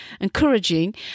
encouraging